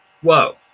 Whoa